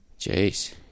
Jeez